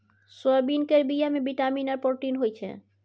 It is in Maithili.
सोयाबीन केर बीया मे बिटामिन आर प्रोटीन होई छै